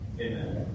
Amen